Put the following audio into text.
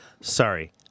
Sorry